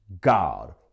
God